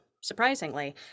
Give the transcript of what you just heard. Surprisingly